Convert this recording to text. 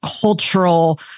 cultural